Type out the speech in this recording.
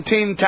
Team